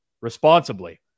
responsibly